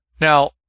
Now